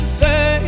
say